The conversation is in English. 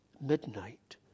midnight